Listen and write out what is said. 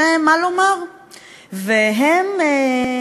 שאמור לשרת אותנו, אזרחיות ואזרחי ישראל.